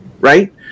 right